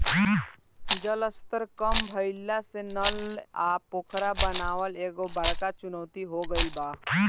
जल स्तर कम भइला से नल आ पोखरा बनावल एगो बड़का चुनौती हो गइल बा